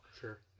sure